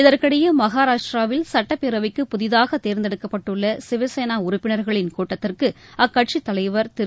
இதற்கிடையே மகராஷ்டிராவில் சட்டப்பேரவைக்கு புதிதாக தேர்ந்தெடுக்கப்பட்டுள்ள சிவசேனா உறுப்பினர்களின் கூட்டத்திற்கு அக்கட்சித் தலைவர் திரு